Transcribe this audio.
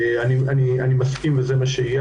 אני מסכים וזה מה שיהיה.